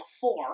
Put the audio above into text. four